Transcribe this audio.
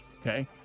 okay